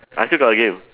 I still got the game